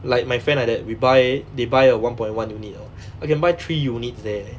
like my friend like that we buy they buy a one point one unit leh I can buy three units there eh